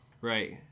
Right